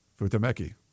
Futameki